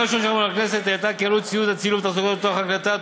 מול הכנסת העלתה כי עלות ציוד הצילום ותחזוקתו לצורך הקלטה,